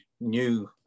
new